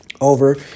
over